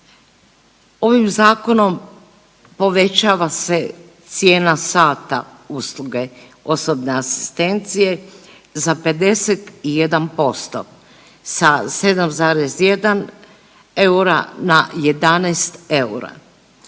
Ovim zakonom povećava se cijena sata usluge osobne asistencije za 51% sa 7,1 eura na 11 eura.